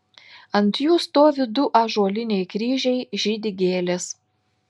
ant jų stovi du ąžuoliniai kryžiai žydi gėlės